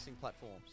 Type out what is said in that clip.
platforms